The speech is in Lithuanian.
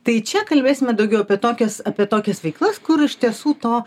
tai čia kalbėsime daugiau apie tokias apie tokias veiklas kur iš tiesų to